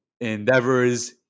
endeavors